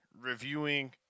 reviewing